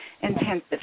intensive